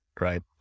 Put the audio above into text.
Right